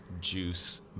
juice